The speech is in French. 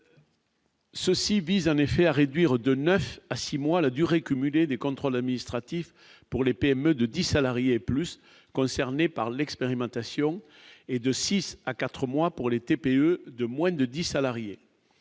Ceux-ci vise en effet à réduire de 9 à 6 mois la durée cumulée des contrôles administratifs pour les PME de 10 salariés plus concernés par l'expérimentation et de 6 à 4 mois pour les TPE de moins de 10 salariés,